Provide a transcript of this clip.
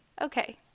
okay